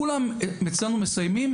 כולם אצלנו מסיימים,